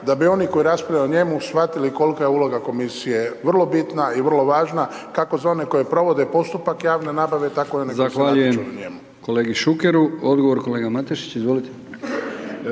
da bi oni koji raspravljaju o njemu shvatili kolka je uloga komisije vrlo bitna i vrlo važna, kako za one koji provode postupak javne nabave, tako i one